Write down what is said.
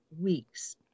weeks